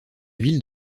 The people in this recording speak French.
ville